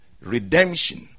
redemption